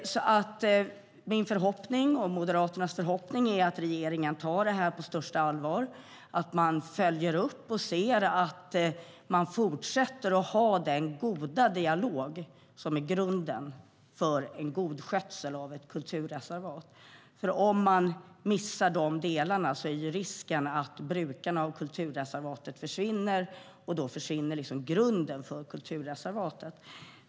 Moderaternas förhoppning är att regeringen tar frågan på största allvar, att man följer upp och ser till att fortsätta att ha den goda dialog som är grunden för en god skötsel av ett kulturreservat. Om de delarna missas är risken att brukarna av kulturreservatet försvinner. Då försvinner grunden för kulturreservatet.